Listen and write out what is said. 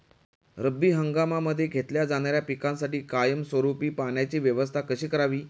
रब्बी हंगामामध्ये घेतल्या जाणाऱ्या पिकांसाठी कायमस्वरूपी पाण्याची व्यवस्था कशी करावी?